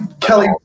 Kelly